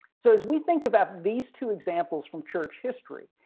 so as we think about these two examples from church history.